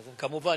כמובן,